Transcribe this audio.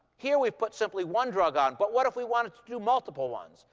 here, we've put simply one drug on. but what if we wanted to do multiple ones?